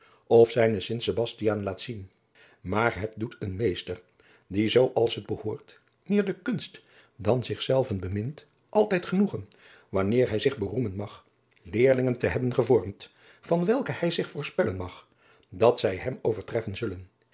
of zijnen st sebastiaan laat zien maar het doet een meester die zoo als het behoort meer de kunst dan zichzelven bemint altijd genoegen wanneer hij zich beroemen mag adriaan loosjes pzn het leven van maurits lijnslager leerlingen te hebben gevormd van welke hij zich voorspellen mag dat zij hem overtreffen zullen